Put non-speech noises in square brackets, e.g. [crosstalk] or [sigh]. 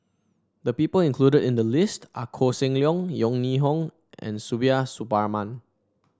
the people included in the list are Koh Seng Leong Yeo Ning Hong and [unintelligible] Suparman